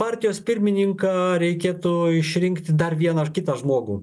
partijos pirmininką reikėtų išrinkti dar vieną ar kitą žmogų